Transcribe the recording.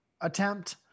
attempt